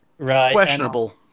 questionable